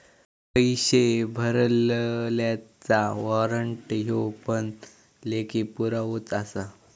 पैशे भरलल्याचा वाॅरंट ह्यो पण लेखी पुरावोच आसा